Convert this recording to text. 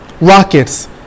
Rockets